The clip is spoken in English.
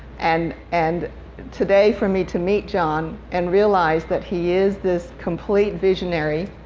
and and today, for me to meet john and realize that he is this complete visionary